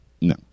no